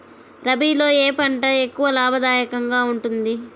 రబీలో ఏ పంట ఎక్కువ లాభదాయకంగా ఉంటుంది?